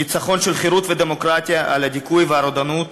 ניצחון של החירות והדמוקרטיה על הדיכוי והרודנות,